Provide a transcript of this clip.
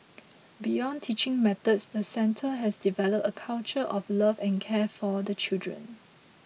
beyond teaching methods the centre has developed a culture of love and care for the children